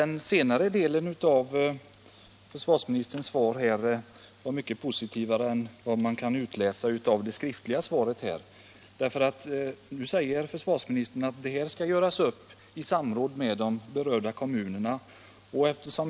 Herr talman! Försvarsministerns senaste inlägg var mycket positivare än det skriftliga svaret. Nu säger försvarsministern att det här skall göras upp i samråd med de berörda kommunerna. Det är glädjande.